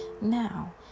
now